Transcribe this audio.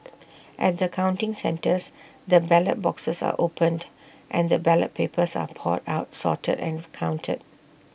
at the counting centres the ballot boxes are opened and the ballot papers are poured out sorted and counted